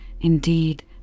indeed